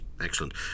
excellent